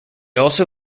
also